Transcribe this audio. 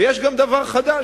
ויש גם דבר חדש,